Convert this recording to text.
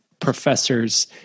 professors